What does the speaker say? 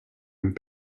and